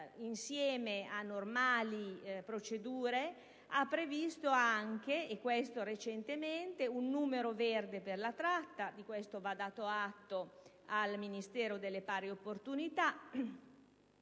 insieme a normali procedure, ha previsto recentemente un numero verde contro la tratta (e di questo va dato atto al Ministero delle pari opportunità)